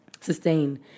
sustain